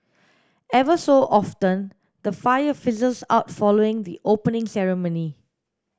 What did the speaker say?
ever so often the fire fizzles out following the opening ceremony